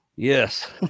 Yes